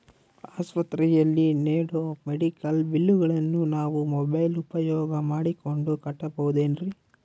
ಆಸ್ಪತ್ರೆಯಲ್ಲಿ ನೇಡೋ ಮೆಡಿಕಲ್ ಬಿಲ್ಲುಗಳನ್ನು ನಾವು ಮೋಬ್ಯೆಲ್ ಉಪಯೋಗ ಮಾಡಿಕೊಂಡು ಕಟ್ಟಬಹುದೇನ್ರಿ?